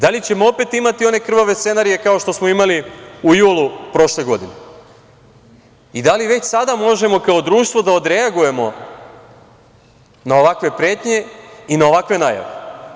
Da li ćemo opet imati one krvave scenarije kao što smo imali u julu prošle godine i da li već sada možemo kao društvo da odreagujemo na ovakve pretnje i na ovakve najave?